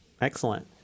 Excellent